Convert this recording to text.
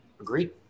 Agreed